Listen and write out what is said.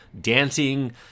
dancing